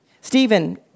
Stephen